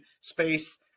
space